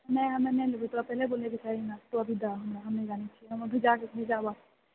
नहि हमे नइ लेबै तोरा पहिले बोलैके चाही ने तू अभी दऽ हमरा दऽ हम नहि जानैत छिऐ अभी जाके भेजाबऽ